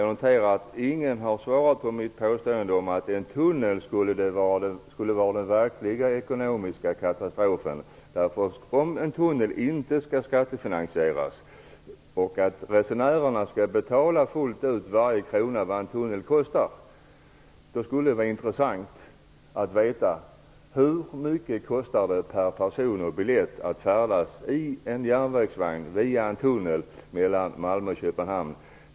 Jag noterar att ingen har svarat på mitt påstående om att en tunnel skulle vara den verkliga ekonomiska katastrofen. Om en tunnel inte skall skattefinansieras utan resenärerna fullt ut skall betala varje krona av kostnaden, hur mycket skulle det kosta per person att färdas i en järnvägsvagn via en tunnel mellan Malmö och Köpenhamn?